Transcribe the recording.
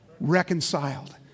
Reconciled